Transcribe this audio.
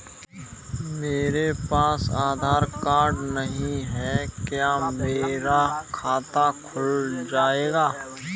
मेरे पास आधार कार्ड नहीं है क्या मेरा खाता खुल जाएगा?